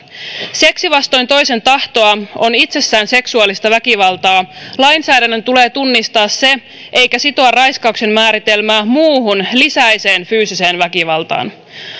seksi vastoin toisen tahtoa on itsessään seksuaalista väkivaltaa lainsäädännön tulee tunnistaa se eikä sitoa raiskauksen määritelmää muuhun lisäiseen fyysiseen väkivaltaan